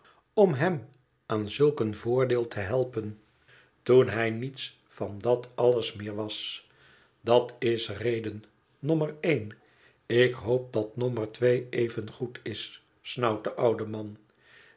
om hem aan zulk een voordeel te helpen toen hij niets van dat alles meer was dat is reden nommer een ik hoop dat nommer twee evengoed is snauwt de oude man